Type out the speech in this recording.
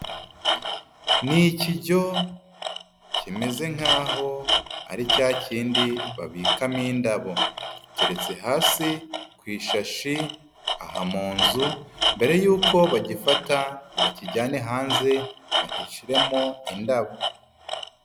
Ni ikijyo kimeze nkaho ari cya kindi babikamo indabo, giteretse hasi ku ishashi aha mu nzu, mbere yuko bagifata ngo bakijyane hanze bashyiremo indabo.